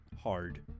hard